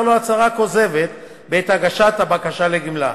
לו הצהרה כוזבת בעת הגשת הבקשה לגמלה.